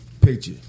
picture